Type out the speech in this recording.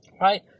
right